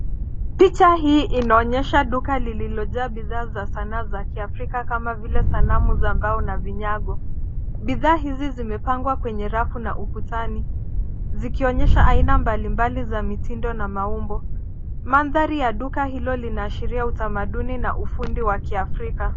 Picha hii inaonyesha duka lililojaa bidhaa za sanaa za kiafrika, kama vile sanamu za mbao na vinyago. Bidha hizi zimepangwa kwenye rafu na ukutani, zikionyesha aina mbalimbali za mitindo na maumbo. Mandhari ya duka hilo linaashiria utamaduni na ufundi wa kiafrika.